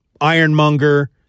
Ironmonger